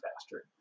faster